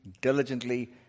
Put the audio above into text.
diligently